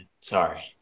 Sorry